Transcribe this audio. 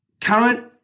current